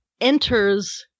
enters